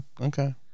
okay